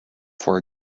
for